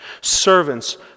Servants